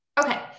Okay